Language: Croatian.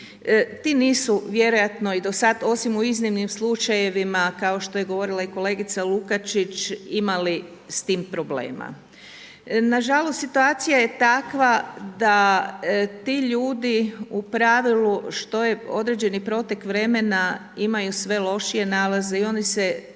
ti nisu , vjerojatno i do sada, osim u iznimnim slučajevima, kao što je govorila i kolegica Lukačić imali s tim problema. Nažalost situacija je takva, da ti ljudi u pravilu što je određeni pretek vremena, imaju sve lošije nalaze i oni se